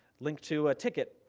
link to a ticket,